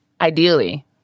Ideally